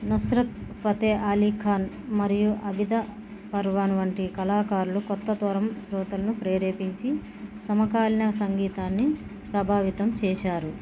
నుస్రత్ ఫతే ఆలీ ఖాన్ మరియు అబిదా పర్వీన్ వంటి కళాకారులు కొత్త తరం శ్రోతలను ప్రేరేపించి సమకాలీన సంగీతాన్ని ప్రభావితం చేశారు